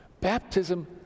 baptism